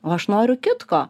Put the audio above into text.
o aš noriu kitko